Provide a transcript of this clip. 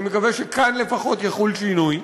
אני מקווה שכאן לפחות יחול שינוי.